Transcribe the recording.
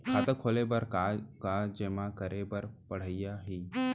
खाता खोले बर का का जेमा करे बर पढ़इया ही?